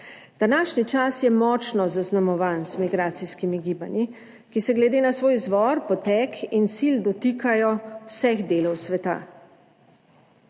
Današnji čas je močno zaznamovan z migracijskimi gibanji, ki se glede na svoj izvor, potek in cilj dotikajo vseh delov sveta.